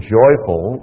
joyful